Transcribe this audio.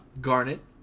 Garnet